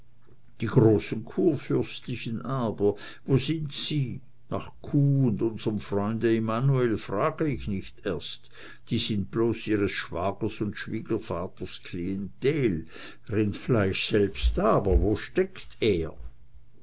die großen kurfürstlichen aber wo sind sie nach kuh und unserem freunde immanuel frag ich nicht erst die sind bloß ihres schwagers und schwiegervaters klientel rindfleisch selbst aber wo steckt er